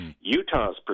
Utah's